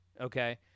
okay